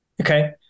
Okay